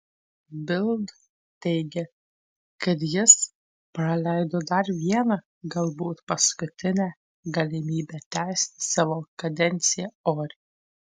bild teigė kad jis praleido dar vieną galbūt paskutinę galimybę tęsti savo kadenciją oriai